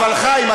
חיים,